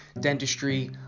dentistry